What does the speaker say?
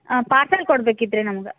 ಹಾಂ ಪಾರ್ಸಲ್ ಕೊಡ್ಬೇಕಿತ್ತು ರೀ ನಮ್ಗೆ